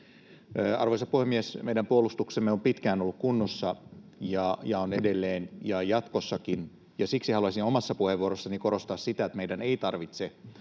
Arvoisa puhemies! Meidän puolustuksemme on pitkään ollut kunnossa ja on edelleen ja jatkossakin, ja siksi haluaisin omassa puheenvuorossani korostaa sitä, että meidän ei tarvitse